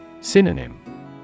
Synonym